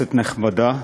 כנסת נכבדה,